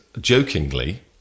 jokingly